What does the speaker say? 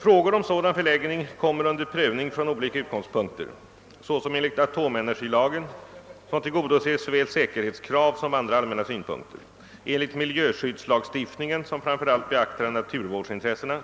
Frågor om sådan förläggning kommer under prövning från olika utgångspunkter, såsom enligt atomenergilagen, vilken tillgodoser såväl säkerhetskrav som andra allmänna synpunkter, enligt miljöskyddslagstiftningen, som framför allt beaktar naturvårdsintressena,